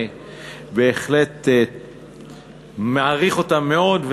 בהחלט מעריך אותם מאוד,